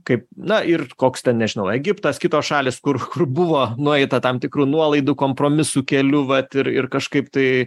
kaip na ir koks ten nežinau egiptas kitos šalys kur kur buvo nueita tam tikrų nuolaidų kompromisų keliu vat ir ir kažkaip tai